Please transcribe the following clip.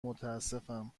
متاسفم